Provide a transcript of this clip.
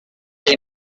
est